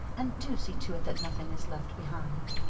and do see to it, that nothing is left behind.